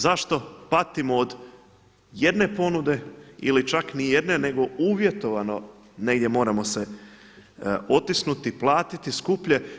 Zašto patimo od jedne ponude ili čak nijedne nego uvjetovano negdje moramo se otisnuti, platiti skuplje.